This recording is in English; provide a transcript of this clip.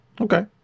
Okay